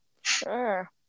Sure